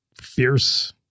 fierce